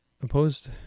Opposed